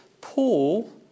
Paul